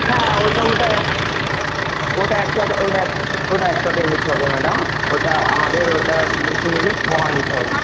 না ওটা ওটা একই ওটা একসাথে হবে ওটা একসাথেই মিট হবে ম্যাডাম ওটা আমাদের ওটা নতুন এলে মহা মিট হবে